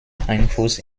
einfluss